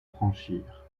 franchir